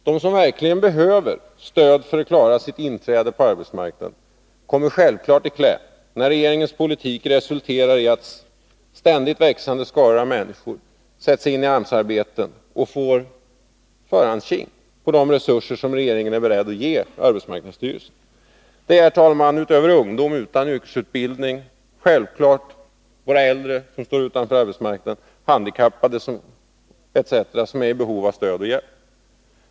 De som verkligen behöver stöd för att klara ett inträde på arbetsmarknaden kommer självfallet i kläm när regeringens politik resulterar i att en ständigt växande skara människor bereds AMS-arbeten och får första ”tjing” på de resurser som regeringen är beredd att bevilja arbetsmarknadsstyrelsen. Herr talman! Förutom ungdomar utan yrkesutbildning är självfallet våra äldre som står utanför arbetsmarknaden, handikappade etc. i behov av stöd och hjälp.